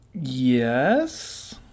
yes